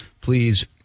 Please